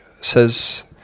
says